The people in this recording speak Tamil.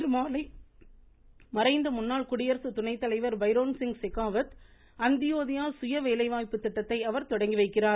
இன்றுமாலை மறைந்த முன்னாள் குடியரசு துணைத்தலைவர் பைரோன்சிங் செக்காவத் அந்தியோதயா சுய வேலைவாய்ப்பு திட்டத்தை அவர் கொடங்கி வைக்கிறார்